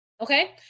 Okay